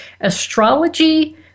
astrology